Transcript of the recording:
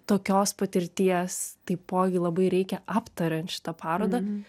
tokios patirties taipogi labai reikia aptariant šitą parodą